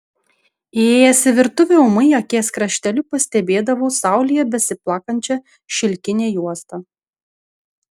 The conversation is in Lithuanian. įėjęs į virtuvę ūmai akies krašteliu pastebėdavau saulėje besiplakančią šilkinę juostą